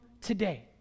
today